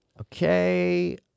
Okay